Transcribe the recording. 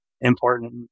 important